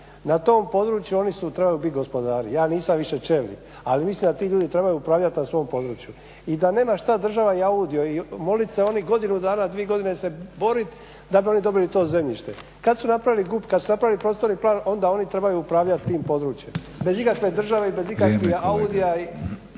na tom području oni trebaju biti gospodari. Ja nisam više čelnik ali mislim da ti ljudi trebaju upravljati na svom području i da nema što država i AUDI moliti se oni godinu dana, dvije godine se boriti da bi oni dobili to zemljište. Kad su napravili GUP, kad su napravili prostorni plan onda oni trebaju upravljati tim područjem bez ikakve države i bez ikakvih AUDI-ja i